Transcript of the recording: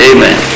Amen